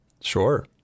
Sure